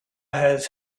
has